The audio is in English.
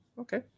Okay